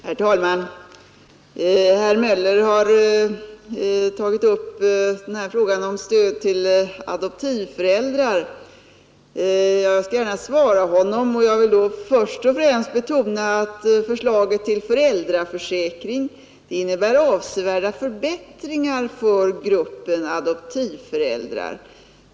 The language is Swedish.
Herr talman! Herr Möller har tagit upp frågan om stöd till adoptivföräldrar. Jag skall gärna svara honom, och jag vill först och främst betona att förslaget till föräldraförsäkring innebär avsevärda förbättringar för gruppen adoptivföräldrar.